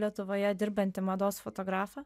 lietuvoje dirbantį mados fotografą